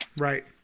Right